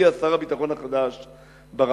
הגיע שר הביטחון החדש ברק,